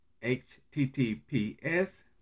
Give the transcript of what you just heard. https